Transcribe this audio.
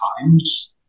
times